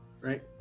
right